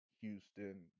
Houston